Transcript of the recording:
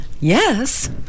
Yes